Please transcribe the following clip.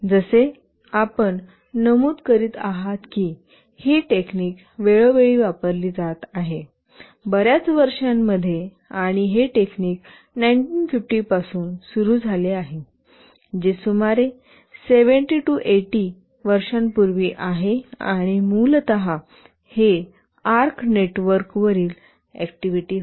जसे आपण नमूद करीत आहात की ही टेक्निक वेळोवेळी वापरली जात आहेबर्याच वर्षांमध्ये आणि हे टेक्निक 1950 पासून सुरू झाले आहेजे सुमारे 70 80 वर्षांपूर्वी आहे आणि मूलतः हे आर्क नेटवर्क वरील ऍक्टिव्हिटी होते